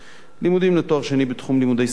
לימודים לתואר שני בתחום לימודי ספרות היידיש.